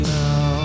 now